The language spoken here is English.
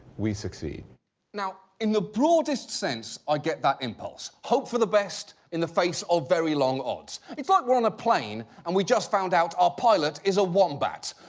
we succeed. john now, in the broadest sense, i get that impulse. hope for the best in the face of very long odds. it's like we're on a plane and we just found out our pilot is a wombat.